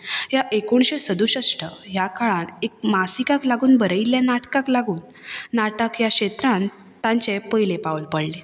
ह्या एकुणीशें सदुसश्ट ह्या काळांत एक मासिकाक लागून बरयल्लें नाटकाक लागून नाटक ह्या क्षेत्रांत तांचें पयलें पावल पडलें